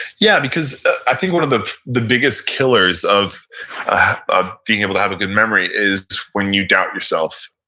yeah, because i think one of the the biggest killers of ah being able to have a good memory is when you doubt yourself,